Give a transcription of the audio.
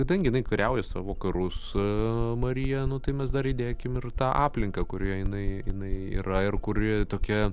kadangi jinai kariauja savo karus su marija nu tai mes dar įdėkim ir tą aplinką kurioje jinai jinai yra ir kuri tokia